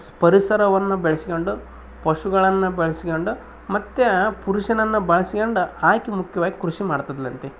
ಪರಿಸರವನ್ನು ಬೆಳೆಸ್ಕೊಂಡು ಪಶುಗಳನ್ನು ಬೆಳೆಸ್ಕೊಂಡು ಮತ್ತು ಪುರುಷನನ್ನು ಬಳಸ್ಕೊಂಡು ಆಕೆ ಮುಖ್ಯವಾಗ್ ಕೃಷಿ ಮಾಡ್ತಿದ್ಲು ಅಂತೇ